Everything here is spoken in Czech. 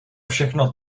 všechno